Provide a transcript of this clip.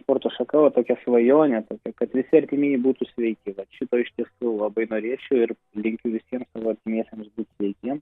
sporto šaka va tokia svajonė ta kad visi artimieji būtų sveiki vat šito iš tiesų labai norėčiau ir linkiu visiems savo artimiesiems būti sveikiems